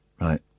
right